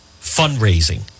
fundraising